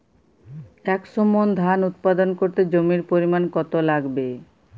একশো মন ধান উৎপাদন করতে জমির পরিমাণ কত লাগবে?